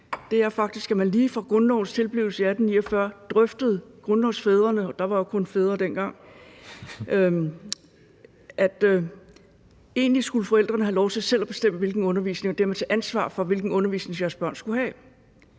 er faktisk, at lige fra grundlovens tilblivelse i 1849 drøftede grundlovsfædrene – der var kun fædre dengang – at forældrene egentlig skulle have lov til selv at bestemme og dermed tage ansvar for, hvilken undervisning deres børn skulle have.